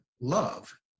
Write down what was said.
love